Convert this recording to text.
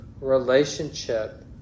relationship